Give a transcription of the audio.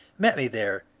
met me there,